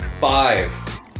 five